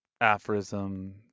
aphorism